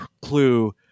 clue